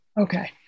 Okay